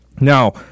Now